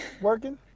Working